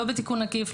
לא בתיקון עקיף,